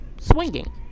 swinging